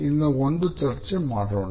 ಇದನ್ನು ಇಂದು ಚರ್ಚೆ ಮಾಡೋಣ